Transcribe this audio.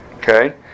Okay